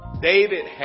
David